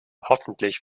hoffentlich